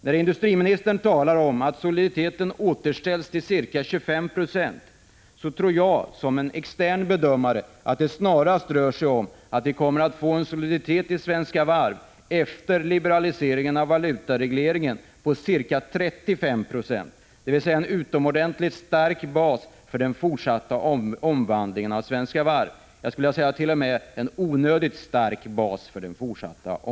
När industriministern talar om att soliditeten återställs till ca 25 96, tror jag som extern bedömare att vi snarast kommer att få en soliditet i Svenska Varv efter liberaliseringen av valutaregleringen på ca 35 96, dvs. en utomordentligt stark bas för den fortsatta omvandlingen av Svenska Varv, ja, ent.o.m. onödigt stark bas.